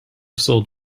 sold